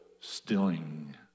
stilling